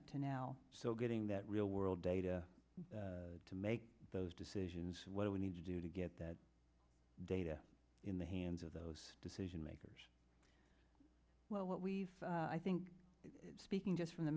up to now so getting that real world data to make those decisions what do we need to do to get that data in the hands of those decision makers well what we've i think speaking just from the